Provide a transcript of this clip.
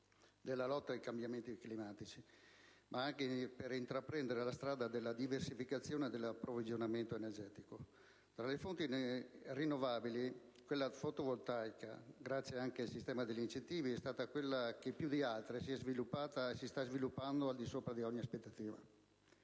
della lotta ai cambiamenti climatici, ma anche per intraprendere la strada della diversificazione nell'approvvigionamento energetico. Tra le fonti rinnovabili, quella fotovoltaica, grazie anche al sistema degli incentivi, è stata quella che più di altre si è sviluppata e si sta sviluppando al di sopra di ogni aspettativa.